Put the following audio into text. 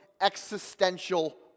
existential